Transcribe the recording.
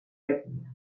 etnias